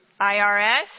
IRS